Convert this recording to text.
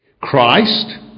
Christ